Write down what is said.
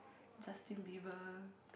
Justin-Bieber